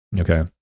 okay